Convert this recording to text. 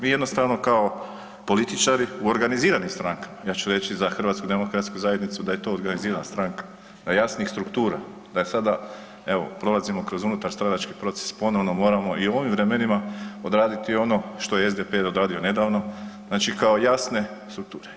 Mi jednostavno kao političari u organiziranim strankama, ja ću reći za HDZ da je organizirana stranka, jasnih struktura, da je sada, evo, prolazimo kroz unutarstranački proces, ponovno moramo i u ovim vremenima odraditi ono što je SDP odradio nedavno, znači kao jasne strukture.